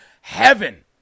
heaven